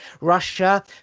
Russia